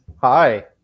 Hi